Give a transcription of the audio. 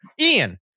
Ian